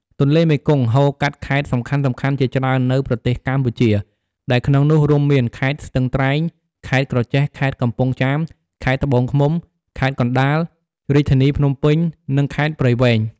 ទន្លេមេគង្គហូរកាត់ខេត្តសំខាន់ៗជាច្រើននៅប្រទេសកម្ពុជា ដែលក្នុងនោះរួមមាន ខេត្តស្ទឹងត្រែង ខេត្តក្រចេះ ខេត្តកំពង់ចាម ខេត្តត្បូងឃ្មុំ ខេត្តកណ្តាល រាជធានីភ្នំពេញ និង ខេត្តព្រៃវែង។